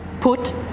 put